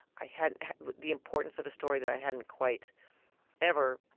i hadn't had the importance of a story that i hadn't quite ever,